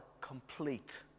complete